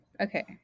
Okay